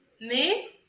Mais